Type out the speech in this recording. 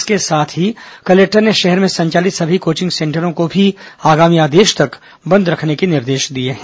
इसके साथ ही कलेक्टर ने शहर में संचालित सभी कोचिंग सेंटरों को भी आगामी आदेश तक बंद रखने के निर्देश दिए हैं